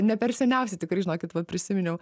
ne per seniausiai tikrai žinokit vat prisiminiau